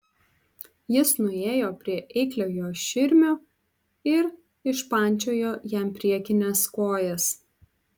jis nuėjo prie eikliojo širmio ir išpančiojo jam priekines kojas